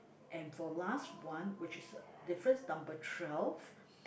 and for last one which is difference number twelve